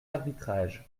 arbitrages